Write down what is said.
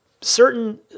certain